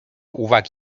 uwagi